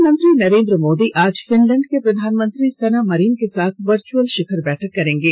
प्रधानमंत्री नरेन्द्र मोदी आज फिनलैंड के प्रधानमंत्री सना मरीन के साथ वर्चअल शिखर बैठक करेंगे